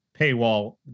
paywall